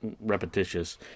repetitious